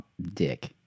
dick